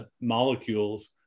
molecules